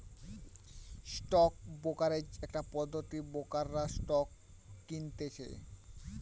stock brokerage একটা পদ্ধতি ব্রোকাররা স্টক কিনতেছে